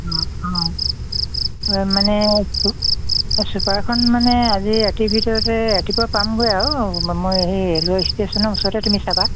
অঁ অঁ মানে চুপাৰখন মানে আজি ৰাতিৰ ভিতৰতে ৰাতিপুৱা পামগৈ আও মই সেই ৰেলৱে ষ্টেশ্যনৰ ওচৰতে তুমি চাবা